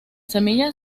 semilla